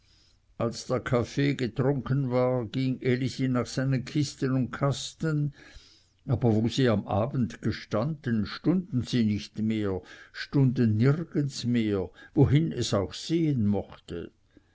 als der kaffee getrunken war ging elisi nach seinen kisten und kasten aber wo sie am abend gestanden stunden sie nicht mehr stunden nirgends mehr wohin es auch sehen mochte